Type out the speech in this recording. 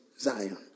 Zion